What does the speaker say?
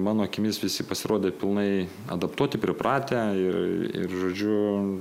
mano akimis visi pasirodė pilnai adaptuoti pripratę ir žodžiu